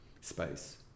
space